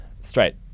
straight